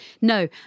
no